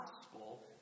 gospel